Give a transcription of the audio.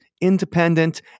independent